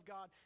God